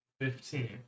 Fifteen